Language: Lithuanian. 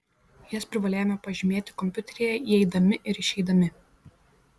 jas privalėjome pažymėti kompiuteryje įeidami ir išeidami